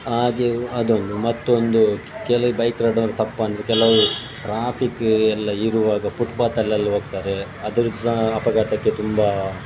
ಹಾಗೆ ಅದೊಂದು ಮತ್ತೊಂದು ಕೆಲವು ಬೈಕ್ ರೈಡರ್ ತಪ್ಪೆಂದ್ರೆ ಕೆಲವು ಟ್ರಾಫಿಕ್ ಎಲ್ಲ ಇರುವಾಗ ಫುಟ್ಪಾತಲ್ಲೆಲ್ಲ ಹೋಗ್ತಾರೆ ಅದ್ರುದ್ದು ಸಹ ಅಪಘಾತಕ್ಕೆ ತುಂಬ